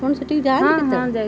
ଆପଣ ସେଠିକି ଯାଆନ୍ତି